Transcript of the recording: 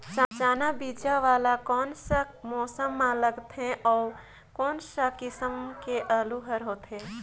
चाना बीजा वाला कोन सा मौसम म लगथे अउ कोन सा किसम के आलू हर होथे?